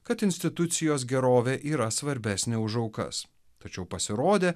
kad institucijos gerovė yra svarbesnė už aukas tačiau pasirodė